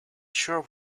sure